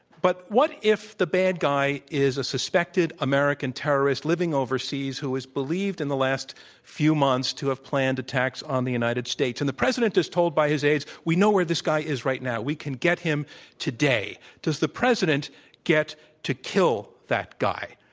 but what if the bad guy is a suspected american terrorist living overseas who is believed, in the last few months to have planned attacks on the united states, and the president is told by his aides, we know where this guy is right now, we can get him today, does the president get to kill that guy,